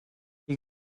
you